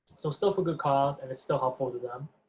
so still for good cause and it's still helpful to them